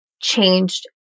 changed